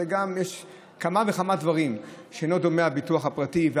יש כמה וכמה דברים שבהם הביטוח הפרטי אינו דומה,